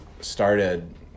started